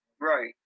Right